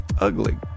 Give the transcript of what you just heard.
ugly